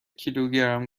کیلوگرم